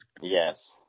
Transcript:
Yes